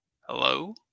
Hello